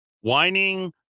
whining